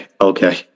Okay